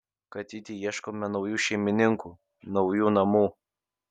katytei ieškome naujų šeimininkų naujų namų